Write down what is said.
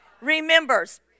remembers